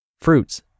fruits